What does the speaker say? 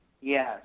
Yes